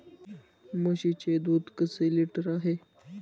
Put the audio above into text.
म्हशीचे दूध कसे लिटर आहे?